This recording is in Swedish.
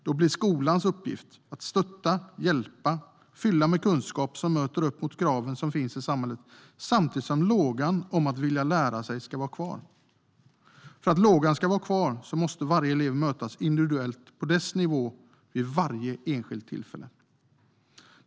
Då blir skolans uppgift att stötta, hjälpa och fylla eleven med kunskap som möter de krav som finns i samhället - samtidigt som lågan att vilja lära sig ska finnas kvar. För att lågan ska finnas kvar måste varje elev mötas individuellt, på dennes nivå, vid varje enskilt tillfälle.